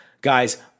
Guys